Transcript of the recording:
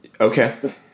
Okay